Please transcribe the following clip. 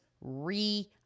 re-